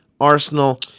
Arsenal